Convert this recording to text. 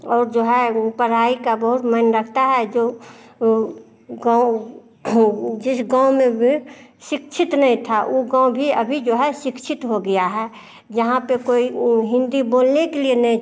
और जो है पढ़ाई में बहुत मन लगता है जो गाँव जिस गाँव में शिक्षित नहीं था वो गाँव भी अभी जो है शिक्षित हो गया है जहाँ पे कोई ऊ हिन्दी बोलने के लिए नहीं